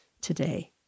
today